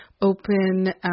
open